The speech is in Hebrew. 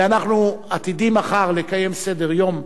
ואנחנו עתידים מחר לקיים סדר-יום פורה,